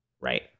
Right